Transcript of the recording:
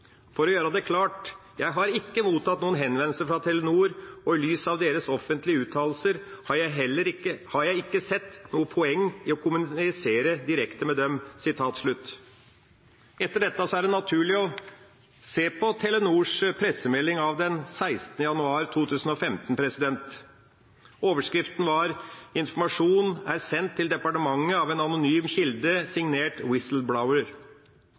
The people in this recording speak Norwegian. For å gjøre det klart, jeg har ikke mottatt noen henvendelser fra Telenor, og i lys av deres offentlige uttalelser, har jeg ikke sett noe poeng i å kommunisere direkte med dem.» Etter dette er det naturlig å se på Telenors pressemelding av 16. januar 2015. Overskriften var: «Informasjonen er sendt til departementet av en anonym kilde signert